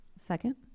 Second